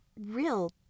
real